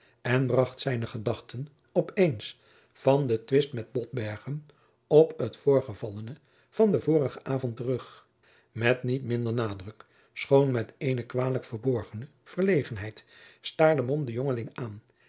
en bracht zijne gedachten op eens van den twist met botbergen op het voorgevallene van den vorigen avond terug met niet minder nadruk schoon met eene kwalijk verborgene verlegenheid staarde mom den jongeling aan